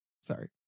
sorry